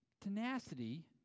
tenacity